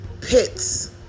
pits